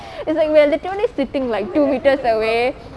it's like we're literally sleeping like two metres away